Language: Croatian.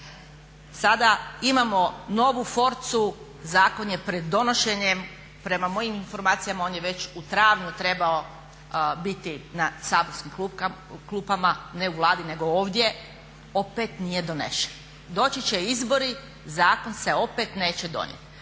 Sada imamo novu forcu, zakon je pred donošenjem. Prema mojim informacijama on je već u travnju trebao biti na saborskim klupama ne u Vladi nego ovdje, opet nije donešen. Doći će izbori, zakon se opet neće donijeti.